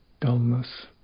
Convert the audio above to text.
dullness